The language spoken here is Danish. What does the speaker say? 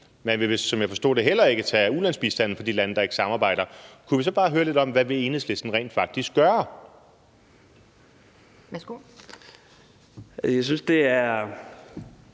man vil, som jeg forstod det, heller ikke tage ulandsbistanden fra de lande, der ikke samarbejder, kunne vi så bare høre lidt om, hvad Enhedslisten rent faktisk vil gøre? Kl. 13:23 Anden